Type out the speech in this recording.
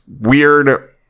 weird